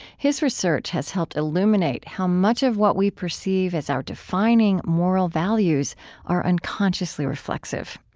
his research has helped illuminate how much of what we perceive as our defining moral values are unconsciously reflexive.